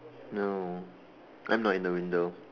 no I'm not in the window